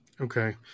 Okay